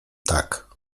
tak